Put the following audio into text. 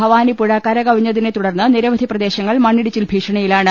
ഭവാനി പുഴ കരകവിഞ്ഞതിനെ തുടർന്ന് നിരവധി പ്രദേശങ്ങൾ മണ്ണിടിച്ചിൽ ഭീഷണിയിലാണ്